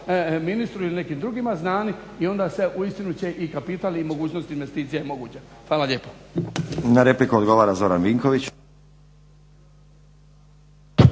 ministru ili nekim drugima znani i onda se uistinu će i kapital i mogućnosti, investicija je moguća. Hvala lijepo. **Stazić, Nenad (SDP)** Na repliku odgovara Zoran Vinković.